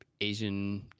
asian